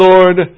Lord